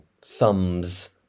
Thumbs